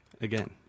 Again